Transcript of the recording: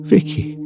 Vicky